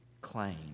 claim